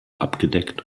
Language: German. abgedeckt